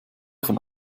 von